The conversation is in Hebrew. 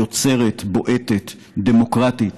יוצרת, בועטת, דמוקרטית.